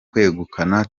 kwegukana